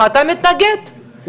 אתה מתנגד כי אתה מפחד לאבד את הפרנסה.